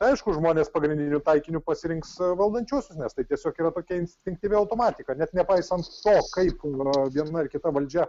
aišku žmonės pagrindiniu taikiniu pasirinks valdančiuosius nes tai tiesiog yra tokia instinktyvi automatika net nepaisant to kaip viena ar kita valdžia